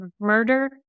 Murder